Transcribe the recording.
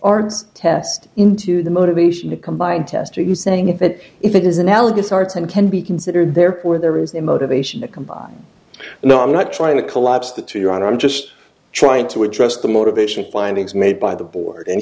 arts test into the motivation to combine test are you saying that if it is analogous arts and can be considered there where there is the motivation to combine and i'm not trying to collapse the two you're on i'm just trying to address the motivation findings made by the board and